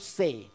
say